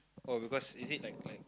oh because is it like like